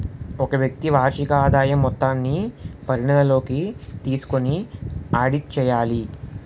ఒక వ్యక్తి వార్షిక ఆదాయం మొత్తాన్ని పరిగణలోకి తీసుకొని ఆడిట్ చేయాలి